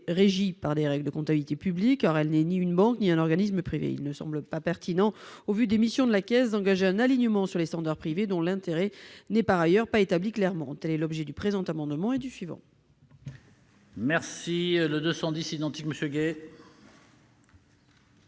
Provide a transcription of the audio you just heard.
régie par des règles de comptabilité publique car elle n'est ni une banque ni un organisme privé. Il ne semble pas pertinent, au vu des missions de la Caisse, d'engager un alignement sur les standards privés dont l'intérêt n'est par ailleurs pas établi clairement. Tel est l'objet du présent amendement et du suivant, l'amendement n° 131.